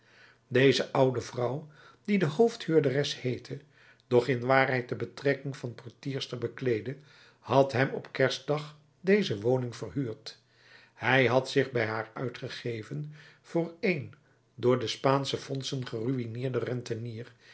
deze oude vrouw die de hoofd huurderes heette doch in waarheid de betrekking van portierster bekleedde had hem op kerstdag deze woning verhuurd hij had zich bij haar uitgegeven voor een door de spaansche fondsen geruïneerd rentenier